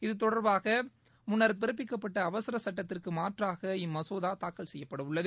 இது தொடர்பாக முன்னர் பிறப்பிக்கப்பட்ட அவசர சட்டத்திற்கு மாற்றாக இம் மசோதா தாக்கல் செய்யப்படவுள்ளது